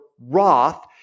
Roth